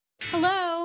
Hello